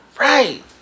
right